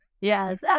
Yes